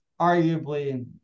arguably